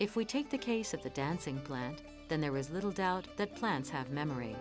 if we take the case of the dancing plant then there is little doubt that plants have memory